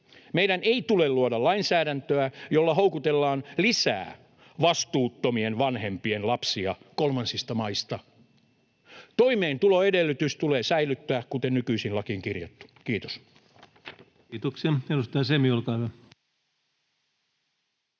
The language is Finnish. meidän ei tule luoda lainsäädäntöä, jolla houkutellaan lisää vastuuttomien vanhempien lapsia kolmansista maista. Toimeentuloedellytys tulee säilyttää, kuten nykyisin on lakiin kirjattu. — Kiitos. [Speech 140] Speaker: